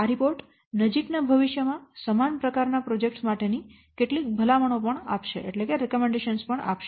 આ રિપોર્ટ નજીકના ભવિષ્યમાં સમાન પ્રકારના પ્રોજેક્ટ્સ માટેની કેટલીક ભલામણો પણ આપશે